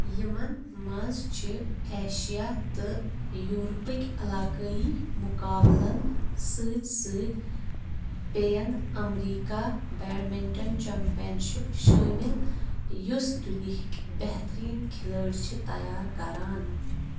یِمَن منٛز چھِ ایشیا تہٕ یوٗرپٕکۍ علاقٲیی مُقابلَن سۭتۍ سۭتۍ پین امریکہ بیڈمِنٹن چَمپینشِپ شٲمِل یُس دُنیِہِکۍ بہتریٖن کھِلٲڑۍ چھِ تیار کران